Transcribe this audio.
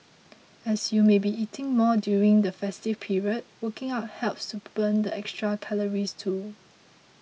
as you may be eating more during the festive period working out helps to burn the extra calories too